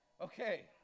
Okay